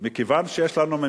אנחנו מודים לך על זמנך.